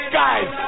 guys